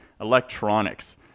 Electronics